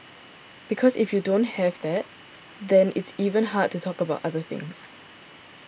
because if you don't have that then it's even hard to talk about other things